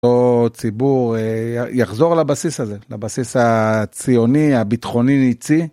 או ציבור יחזור לבסיס הזה, לבסיס הציוני, הביטחוני ניצי.